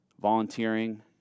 volunteering